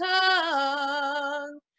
tongue